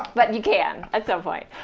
but you can at some point.